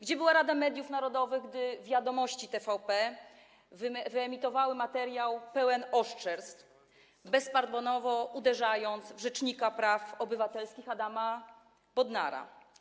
Gdzie była Rada Mediów Narodowych, gdy „Wiadomości” TVP wyemitowały materiał pełen oszczerstw, bezpardonowo uderzając w rzecznika praw obywatelskich Adama Bodnara?